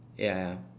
ya ya